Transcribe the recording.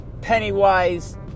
Pennywise